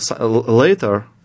later